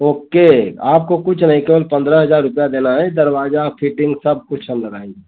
okay आपको कुछ नहीं केवल पंद्रह हजार रुपया देना है दरवाजा फिटिंग सब कुछ हम लगाएँगे